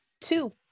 two